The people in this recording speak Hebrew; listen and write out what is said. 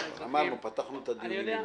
פתחנו בזה את הדיונים.